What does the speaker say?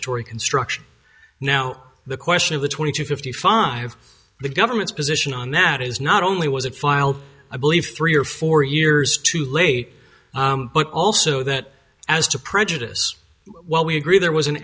statutory construction now the question of the twenty to fifty five the government's position on that is not only was it filed i believe three or four years too late but also that as to prejudice while we agree there was an